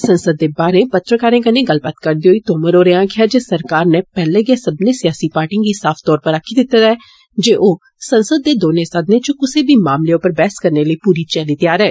संसद दे बाहरें पत्रकारें कन्नै गल्लबात करदे होई तोमर होरें आक्खेआ जे सरकार नै पेहले गै सब्बनें सियासी पार्टिएं गी साफ तौर उप्पर आक्खी दिते दा ऐ जे ओ संसद दे दौनें सदनें च कुसै बी मामले उप्पर बहस करने लेई तैयार ऐ